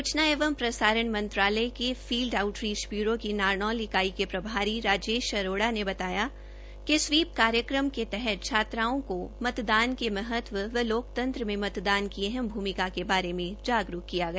सूचना एवं प्रसारण मंत्रालय के फील्ड आउटरीच ब्यूरों की नारनौल इकाई के प्रभारी राजेश अरोड़ा ने बताया कि स्वीप कार्यक्रम के तहत छात्राओं को मतदान के महत्व व लोकतंत्र में मतदान की अहम भूमिका के बारे में जागरूक किया गया